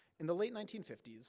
in the late nineteen fifty s,